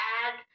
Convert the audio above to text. add